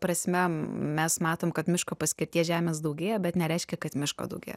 prasme mes matom kad miško paskirties žemės daugėja bet nereiškia kad miško daugėja